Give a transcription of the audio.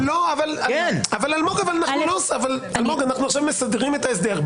אבל אנחנו עכשיו מסדרים את ההסדר,